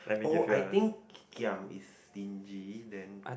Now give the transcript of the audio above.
oh I think giam is stingy then